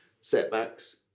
setbacks